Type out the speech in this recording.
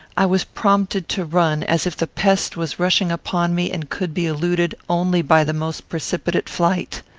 i was prompted to run, as if the pest was rushing upon me and could be eluded only by the most precipitate flight.